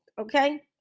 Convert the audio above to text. Okay